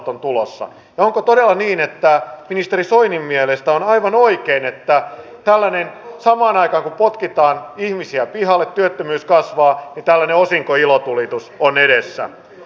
onko todella niin että ministeri soinin mielestä on aivan oikein että samaan aikaan kun potkitaan ihmisiä pihalle työttömyys kasvaa tällainen osinkoilotulitus on edessä